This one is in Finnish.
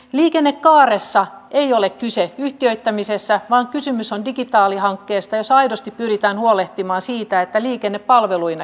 liikennekaaressa ei ole kyse yhtiöittämisestä vaan kysymys on digitaalihankkeesta jossa aidosti pyritään huolehtimaan siitä että liikenne palveluina kehittyy